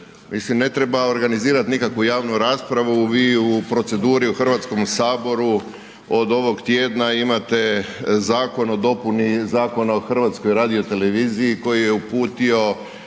Mislim, ne treba organizirati javnu raspravu, vi u proceduri u Hrvatskom saboru od ovog tjedna imate zakon o dopuni Zakona o HRT-u koji je uputio